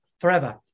forever